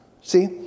See